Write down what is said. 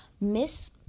Miss